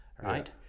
right